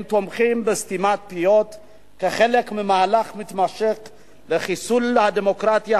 תומכים בסתימת פיות כחלק ממהלך מתמשך לחיסול הדמוקרטיה,